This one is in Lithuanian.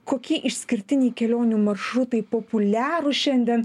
kokie išskirtiniai kelionių maršrutai populiarūs šiandien